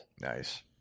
Nice